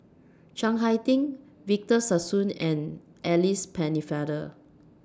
Chiang Hai Ding Victor Sassoon and Alice Pennefather